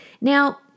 Now